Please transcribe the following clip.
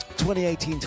2018